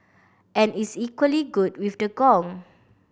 and is equally good with the gong